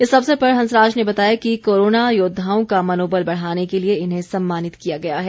इस अवसर पर हंसराज ने बताया कि कोरोना योद्वाओं का मनोबल बढ़ाने के लिए इन्हें सम्मानित किया गया है